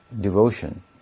devotion